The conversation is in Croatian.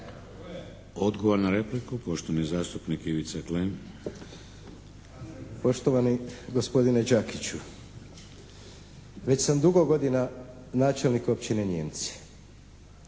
Odgovor na repliku, poštovani zastupnik Ivica Klem. **Klem, Ivica (HDZ)** Poštovani gospodine Đakiću. Već sam dugo godina načelnik općine Nijemci.